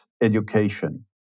education